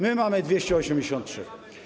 My mamy 283.